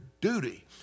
duty